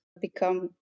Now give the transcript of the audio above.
become